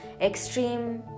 extreme